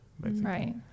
right